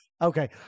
Okay